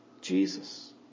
Jesus